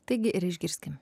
taigi ir išgirskim